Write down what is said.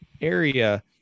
area